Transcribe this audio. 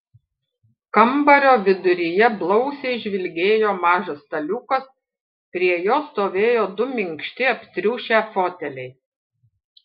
kambario viduryje blausiai žvilgėjo mažas staliukas prie jo stovėjo du minkšti aptriušę foteliai